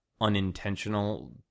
unintentional